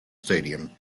stadium